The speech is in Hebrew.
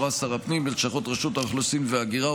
שר הפנים בלשכות רשות האוכלוסין וההגירה,